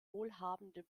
wohlhabende